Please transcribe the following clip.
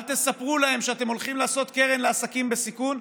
אל תספרו להם שאתם הולכים לעשות קרן לעסקים בסיכון,